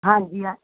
ਹਾਂਜੀ ਹਾਂ